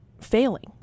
failing